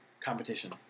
competition